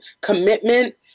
commitment